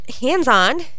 Hands-on